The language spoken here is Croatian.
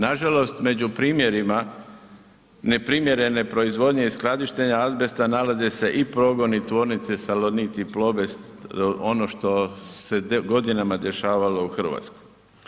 Nažalost među primjerima neprimjerene proizvodnje i skladištenja azbesta nalaze se i pogoni, tvornice Salonit i Plobest ono što se godinama dešavalo u Hrvatskoj.